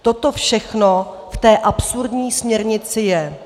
Toto všechno v té absurdní směrnici je.